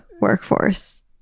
workforce